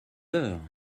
heures